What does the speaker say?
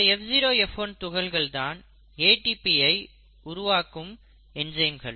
இந்த F0 F1 துகள்கள் தான் ATPயை உருவாக்கம் என்சைம்கள்